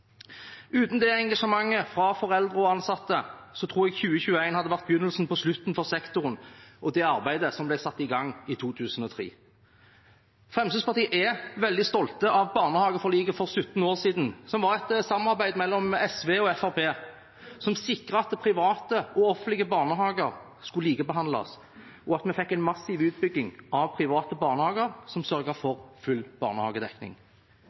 Uten det engasjementet fra foreldre og ansatte tror jeg at 2021 hadde vært begynnelsen på slutten for sektoren og det arbeidet som ble satt i gang i 2003. Fremskrittspartiet er veldig stolt av barnehageforliket for 17 år siden, som var et samarbeid mellom SV og Fremskrittspartiet som sikret at private og offentlige barnehager skulle likebehandles, og at vi fikk en massiv utbygging av private barnehager, som sørget for full barnehagedekning.